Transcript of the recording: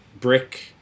brick